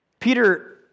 Peter